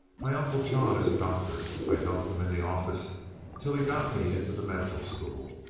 my uncle john is a doctor. i helped him in the office till he got me into the medical school.